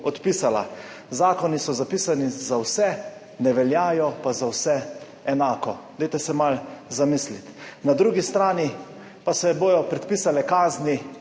Zakoni so zapisani za vse, ne veljajo pa za vse enako. Dajte se malo zamisliti. Na drugi strani pa se bodo predpisale kazni,